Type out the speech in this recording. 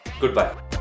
Goodbye